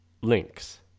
links